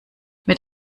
mit